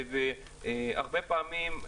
כמו שאמרתי,